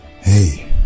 hey